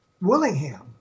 Willingham